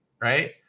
right